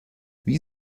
wie